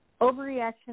Overreaction